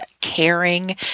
caring